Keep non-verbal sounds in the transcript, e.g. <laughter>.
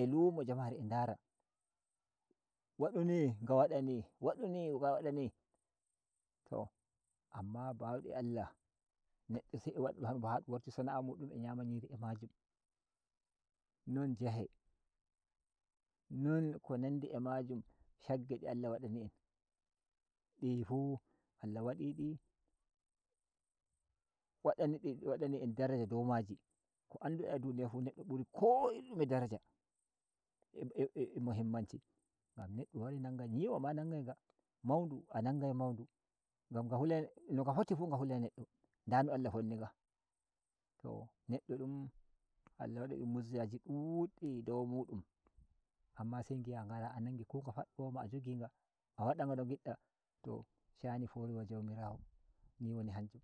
a lumo jamare a ndara wadu n nga wadani wau n inga waɗani to amma bauɗe Allah nedd se a waɗaɗɗum hu ‘yum bo ha dum warti sana’amum a ‘yama nyiri a majum non jahe nn ko nanɗi a majum shagge de Allah waɗani en ɗifu Allah wadi di wadani di wadani en daraja dow maji ko andu da a duniya fu neddo buri ko iri ɗume daraja <hesitation> muhimm anci ngam nɗdo warai nanga nyiwa ma nangai nga mandu a nangai mandu ngam nga hulai noga fotifu nga hulai neddo nda no Allah fnni nga to neɗɗo dum Allah wadini dum <unintelligible> duɗɗi dow mu dum amma se ngi’a ngara a nangi gon nga faddow ma a jogi nga a wada nga no ngidda to shani forena jomirawa ni woni hanjum.